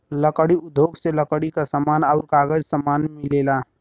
लकड़ी उद्योग से लकड़ी क समान आउर कागज क समान मिलेला